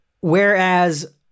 whereas